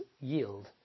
yield